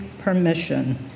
permission